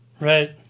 Right